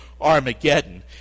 Armageddon